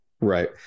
Right